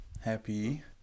happy